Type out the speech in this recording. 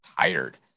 tired